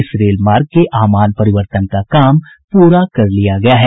इस रेल मार्ग के आमान परिवर्तन का काम पूरा कर लिया गया है